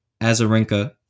azarenka